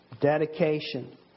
dedication